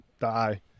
die